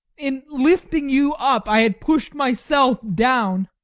in lifting you up, i had pushed myself down.